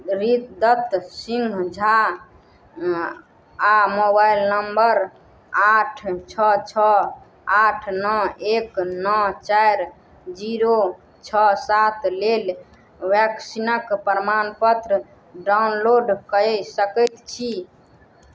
री दत्त सिंह झा आओर mobile number आठ छओ छओ आठ नओ एक नओ चारि जीरो छओ सात लेल वैक्सीनके प्रमाणपत्र डाउनलोड कऽ सकै छी